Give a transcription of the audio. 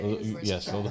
Yes